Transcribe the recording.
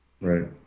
Right